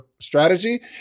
strategy